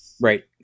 Right